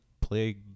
play